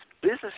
business